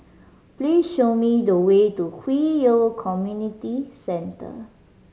please show me the way to Hwi Yoh Community Centre